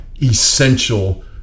essential